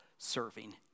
serving